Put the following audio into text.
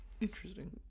Interesting